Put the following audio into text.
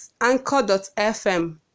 anchor.fm